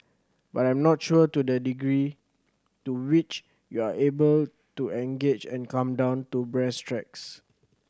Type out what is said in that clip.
but I am not sure to the degree to which you are able to engage and come down to brass tacks